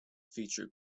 feature